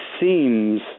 seems